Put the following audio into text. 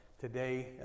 today